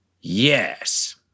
Yes